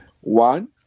One